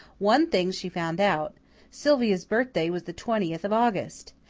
one thing she found out sylvia's birthday was the twentieth of august.